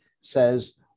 says